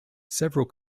several